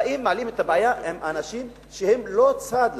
באים ומעלים את הבעיה עם אנשים שהם לא צד לבעיה.